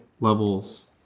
levels